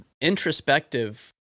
introspective